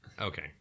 okay